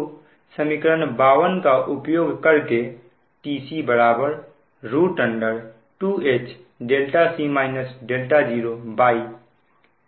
तो समीकरण 52 का उपयोग करके tc